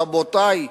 רבותי,